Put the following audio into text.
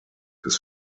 his